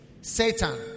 Satan